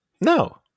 No